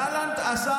גלנט עזר.